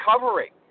recovery